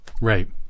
Right